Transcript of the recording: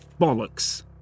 Bollocks